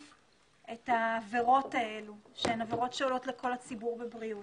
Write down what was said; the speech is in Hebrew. את העבירות האלה שהן עבירות שעולות לכל הציבור בבריאות.